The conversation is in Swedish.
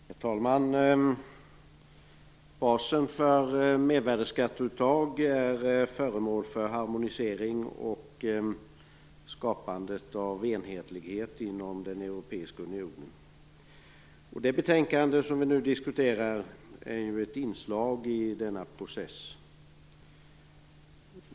Herr talman! Basen för mervärdesskatteuttag är föremål för harmonisering och skapandet av enhetlighet inom den europeiska unionen. Det betänkande som vi nu diskuterar är ett inslag i denna process.